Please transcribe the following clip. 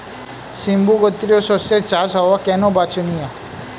সিম্বু গোত্রীয় শস্যের চাষ হওয়া কেন বাঞ্ছনীয়?